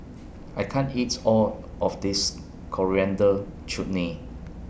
I can't eats All of This Coriander Chutney